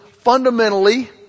fundamentally